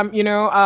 um you know,